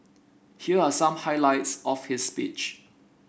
here are some highlights of his speech